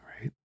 right